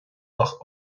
ach